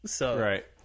Right